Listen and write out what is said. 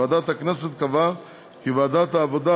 ועדת הכנסת קבעה כי ועדת העבודה,